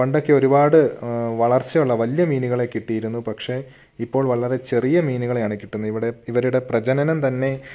പണ്ടൊക്കെ ഒരുപാട് വളർച്ചയുള്ള വലിയ മീനുകളെ കിട്ടിയിരുന്നു പക്ഷേ ഇപ്പോൾ വളരെ ചെറിയ മീനുകളെയാണ് കിട്ടുന്നത് ഇവിടെ ഇവരുടെ പ്രജനനം തന്നെ